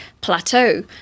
plateau